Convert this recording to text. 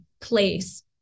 place